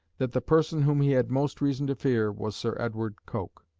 that the person whom he had most reason to fear was sir edward coke.